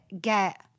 get